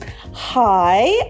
Hi